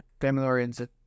family-oriented